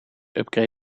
upgrade